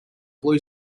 blue